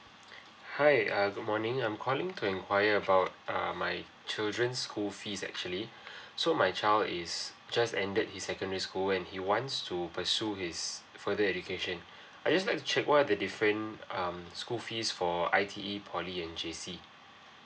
hi err good morning I'm calling to inquire about err my children's school fees actually so my child is just ended his secondary school and he wants to pursue his further education I just like to check what are the different um school fees for I_T_E poly and J_C